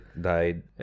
died